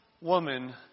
woman